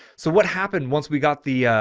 so what happened once we got the, ah,